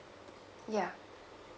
ya